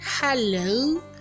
hello